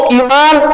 iman